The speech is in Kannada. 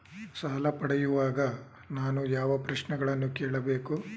ಸಾಲ ಪಡೆಯುವಾಗ ನಾನು ಯಾವ ಪ್ರಶ್ನೆಗಳನ್ನು ಕೇಳಬೇಕು?